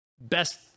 best